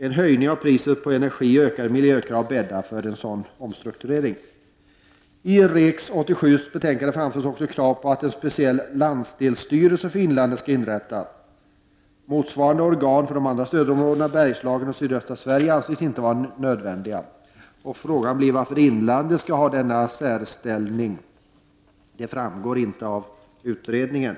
En höjning av priset på energi och ökade miljökrav bäddar för en sådan omstrukturering. I REK 87:s betänkande framförs också krav på att en speciell landsdelsstyrelse för Inlandet skall inrättas. Motsvarande organ för de två andra stödområdena, Bergslagen och sydöstra Sverige, anses inte vara nödvändiga. Frågan blir varför Inlandet skall ha denna särställning; det framgår inte av utredningen.